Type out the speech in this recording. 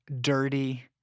dirty